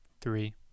Three